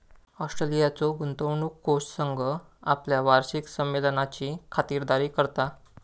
ऑस्ट्रेलियाचो गुंतवणूक कोष संघ आपल्या वार्षिक संमेलनाची खातिरदारी करता